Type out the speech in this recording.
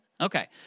Okay